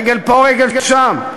רגל פה רגל שם,